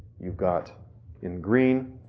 you've got in green,